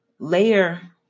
Layer